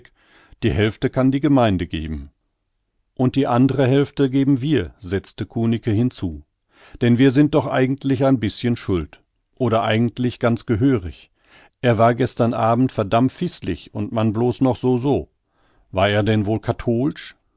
die hälfte kann die gemeinde geben und die andre hälfte geben wir setzte kunicke hinzu denn wir sind doch eigentlich ein bischen schuld oder eigentlich ganz gehörig er war gestern abend verdammt fißlig und man bloß noch so so war er denn wohl kattolsch